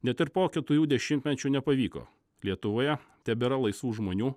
net ir po keturių dešimtmečių nepavyko lietuvoje tebėra laisvų žmonių